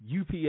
UPS